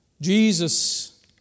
Jesus